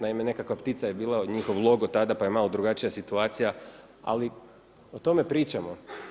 Naime, nekakva ptica je bila, njihov logo tada pa je malo drugačija situacija, ali o tome pričamo.